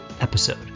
episode